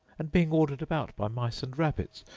and being ordered about by mice and rabbits.